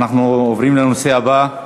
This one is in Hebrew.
אנחנו עוברים לנושא הבא,